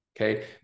okay